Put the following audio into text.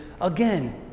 again